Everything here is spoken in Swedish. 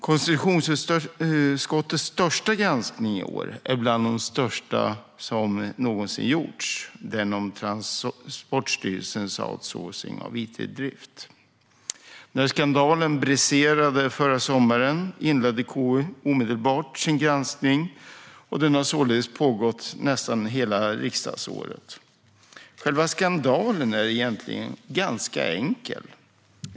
Konstitutionsutskottets största granskning i år hör till de största som någonsin gjorts, nämligen granskningen av Transportstyrelsens outsourcing av it-drift. När skandalen briserade förra sommaren inledde KU omedelbart sin granskning, och den har således pågått nästan hela riksdagsåret. Själva skandalen är egentligen ganska enkel.